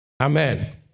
Amen